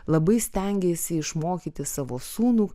labai stengeisi išmokyti savo sūnų